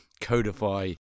codify